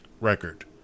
record